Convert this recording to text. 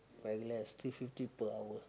very less two fifty per hour